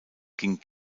ging